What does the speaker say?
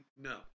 no